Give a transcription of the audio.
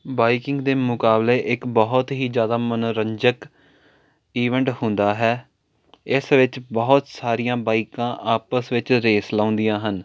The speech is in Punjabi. ਬਾਈਕਿੰਗ ਦੇ ਮੁਕਾਬਲੇ ਇੱਕ ਬਹੁਤ ਹੀ ਜ਼ਿਆਦਾ ਮਨੋਰੰਜਕ ਈਵੈਂਟ ਹੁੰਦਾ ਹੈ ਇਸ ਵਿੱਚ ਬਹੁਤ ਸਾਰੀਆਂ ਬਾਈਕਾਂ ਆਪਸ ਵਿੱਚ ਰੇਸ ਲਾਉਂਦੀਆਂ ਹਨ